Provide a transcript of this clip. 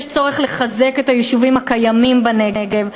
צריך לחזק את היישובים הקיימים בנגב,